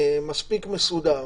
מספיק מסודר,